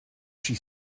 she